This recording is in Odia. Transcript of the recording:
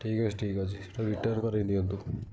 ଠିକ୍ ଅଛି ଠିକ୍ ଅଛି ସେଟା ରିଟର୍ଣ୍ଣ କରେଇ ନିଅନ୍ତୁ